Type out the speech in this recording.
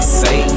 say